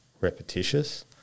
repetitious